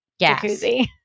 jacuzzi